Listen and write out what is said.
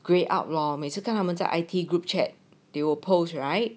grey out lor 每次看他们在 I_T group chat they will post right